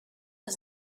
his